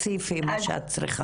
תוסיפי מה שאת צריכה.